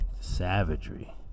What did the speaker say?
Savagery